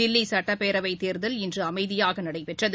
தில்லி சட்டப்பேரவைத் தேர்தல் இன்று அமைதியாக நடைபெற்றது